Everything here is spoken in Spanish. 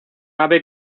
ave